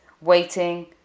waiting